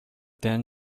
then